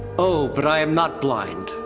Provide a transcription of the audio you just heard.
oh but i am not blind.